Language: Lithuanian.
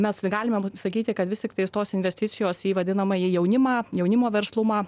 mes galime sakyti kad vis tiktai tos investicijos į vadinamąjį jaunimą jaunimo verslumą